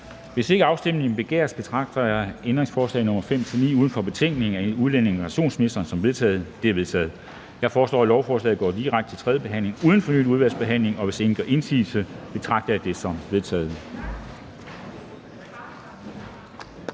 Hvis ikke afstemning begæres, betragter jeg ændringsforslag nr. 5-9 uden for betænkningen af udlændinge- og integrationsministeren som vedtaget. De er vedtaget. Jeg foreslår, at lovforslaget går direkte til tredje behandling uden fornyet udvalgsbehandling. Hvis ingen gør indsigelse, betragter jeg det som vedtaget.